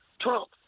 Trump